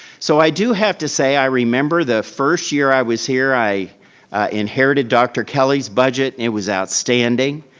so i do have to say, i remember the first year i was here, i inherited dr. kelly's budget. it was outstanding.